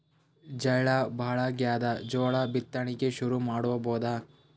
ಝಳಾ ಭಾಳಾಗ್ಯಾದ, ಜೋಳ ಬಿತ್ತಣಿಕಿ ಶುರು ಮಾಡಬೋದ?